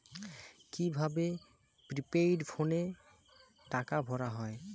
কি ভাবে প্রিপেইড ফোনে টাকা ভরা হয়?